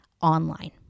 online